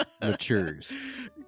matures